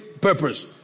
purpose